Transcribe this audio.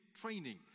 training